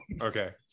okay